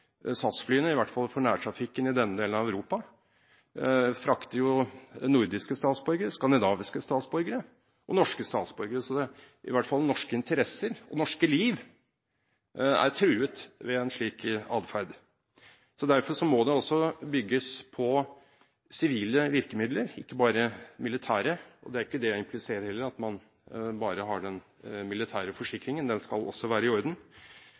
i hvert fall for nærtrafikken i denne delen av Europa, frakter nordiske statsborgere, skandinaviske statsborgere og norske statsborgere. Så norske interesser og norske liv er truet ved en slik atferd. Derfor må det også bygges på sivile virkemidler, ikke bare militære. Det er ikke det jeg egentlig ser heller, at man bare har den militære forsikringen – den skal også være i orden